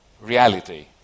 reality